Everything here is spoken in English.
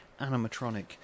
animatronic